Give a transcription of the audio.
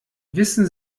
wissen